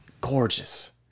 gorgeous